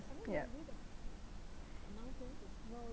yup